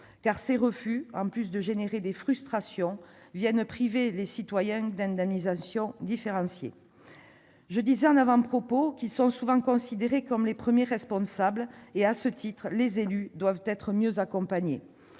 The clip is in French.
car ces refus, en plus d'engendrer des frustrations, privent les citoyens d'indemnisations différenciées. Je disais à l'instant que les élus sont souvent considérés comme les premiers responsables ; à ce titre, ils doivent être mieux accompagnés.